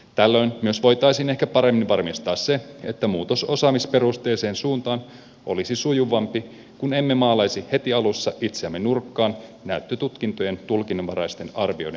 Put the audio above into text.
tällöin myös voitaisiin ehkä paremmin varmistaa se että muutos osaamisperusteiseen suuntaan olisi sujuvampi kun emme maalaisi heti alussa itseämme nurkkaan näyttötutkintojen tulkinnanvaraisten arvioiden takia